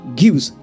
gives